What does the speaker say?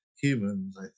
humans